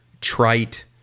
trite